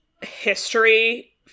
history